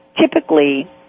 typically